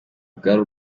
bwari